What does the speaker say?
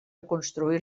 construir